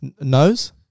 Nose